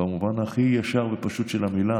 במובן הכי ישר ופשוט של המילה,